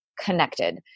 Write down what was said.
connected